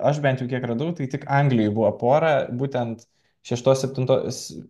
aš bent jau kiek radau tai tik anglijoj buvo pora būtent šeštos septintos